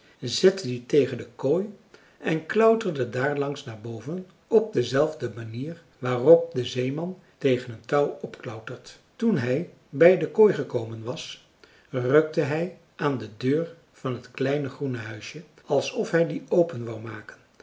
zette die tegen de kooi en klauterde daarlangs naar boven op dezelfde manier waarop de zeeman tegen een touw opklautert toen hij bij de kooi gekomen was rukte hij aan de deur van het kleine groene huisje alsof hij die open wou maken